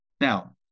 Now